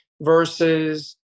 versus